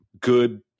good